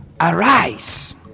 arise